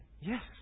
Yes